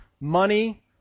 Money